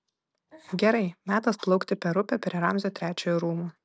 gerai metas plaukti per upę prie ramzio trečiojo rūmų